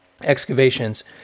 excavations